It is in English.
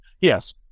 Yes